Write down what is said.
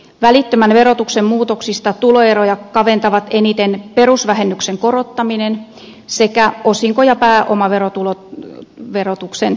välittömän verotuksen muutoksista tuloeroja kaventavat eniten perusvähennyksen korottaminen sekä osinko ja pääomaverotuksen kiristyminen